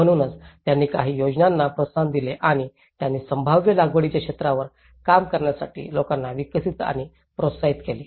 म्हणूनच त्यांनी काही योजनांना प्रोत्साहन दिले आणि त्यांनी संभाव्य लागवडीच्या क्षेत्रावर काम करण्यासाठी लोकांना विकसित आणि प्रोत्साहित केले